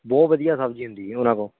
ਬਹੁਤ ਵਧੀਆ ਸਬਜ਼ੀ ਹੁੰਦੀ ਜੀ ਉਹਨਾਂ ਕੋਲ